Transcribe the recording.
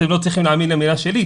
אתם לא צריכים להאמין למילה שלי,